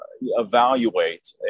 evaluate